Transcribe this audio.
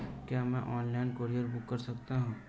क्या मैं online courier book कर सकता हूँ?